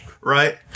right